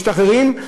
שמשתחררים,